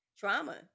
Trauma